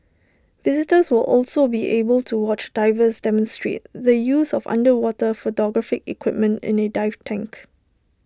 visitors will also be able to watch divers demonstrate the use of underwater photographic equipment in A dive tank